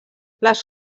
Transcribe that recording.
les